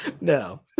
no